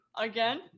again